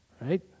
Right